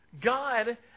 God